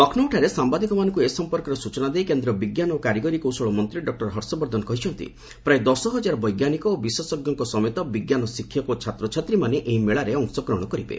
ଲକ୍ଷ୍ନୌଠାରେ ସାମ୍ଭାଦିକମାନଙ୍କୁ ଏ ସମ୍ପର୍କରେ ସ୍ନଚନା ଦେଇ କେନ୍ଦ୍ର ବିଜ୍ଞାନ ଓ କାରିଗରି କୌଶଳ ମନ୍ତ୍ରୀ ଡକ୍ଟର ହର୍ଷବର୍ଦ୍ଧନ କହିଛନ୍ତି ପ୍ରାୟ ଦଶ ହଜାର ବୈଜ୍ଞାନିକ ଓ ବିଶେଷଜ୍ଞଙ୍କ ସମେତ ବିଜ୍ଞାନ ଶିକ୍ଷକ ଓ ଛାତ୍ରଛାତ୍ରୀମାନେ ଏହି ମେଳାରେ ଅଂଶଗ୍ରହଣ କରିବେ